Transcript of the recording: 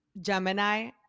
Gemini